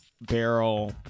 barrel